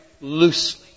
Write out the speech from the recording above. loosely